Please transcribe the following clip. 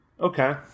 Okay